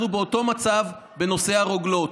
אנחנו באותו מצב בנושא הרוגלות.